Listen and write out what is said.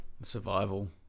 Survival